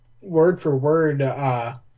word-for-word